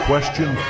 Question